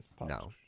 no